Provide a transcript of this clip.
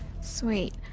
sweet